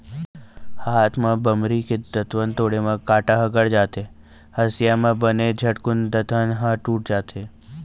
हाथ म बमरी के दतवन तोड़े म कांटा ह गड़ जाथे, हँसिया म बने झटकून दतवन ह टूट जाथे